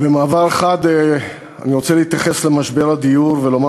במעבר חד אני רוצה להתייחס למשבר הדיור ולומר